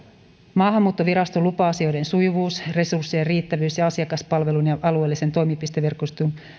maahanmuuttoviraston lupa asioiden sujuvuus resurssien riittävyys ja asiakaspalvelun ja alueellisen toimipisteverkoston